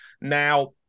Now